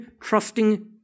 trusting